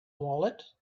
wallet